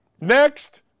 next